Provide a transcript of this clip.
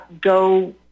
go